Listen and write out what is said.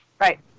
Right